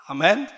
Amen